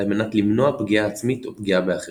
מנת למנוע פגיעה עצמית או פגיעה באחרים